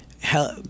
Help